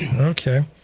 Okay